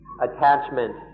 attachment